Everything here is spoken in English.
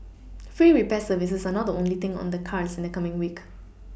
free repair services are not the only thing on the cards in the coming week